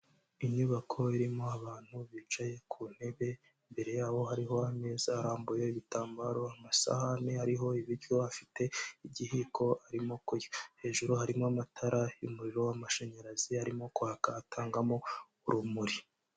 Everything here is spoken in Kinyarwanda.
Inyubako irimo abantu bicaye ku ntebe, imbere yabo hariho ameza arambuyeho ibitambaro, amasahane ariho ibiryo afite igihiko arimo kurya, hejuru harimo amatara y'umuriro w'amashanyarazi arimo kwaka atangamo urumuri.